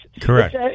Correct